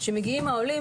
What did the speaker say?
מגיעים העולים,